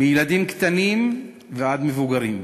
מילדים קטנים ועד מבוגרים,